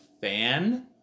fan